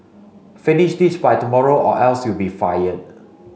finish this by tomorrow or else you'll be fired